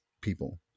people